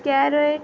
carrot